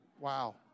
Wow